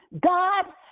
God